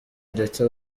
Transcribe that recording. ndetse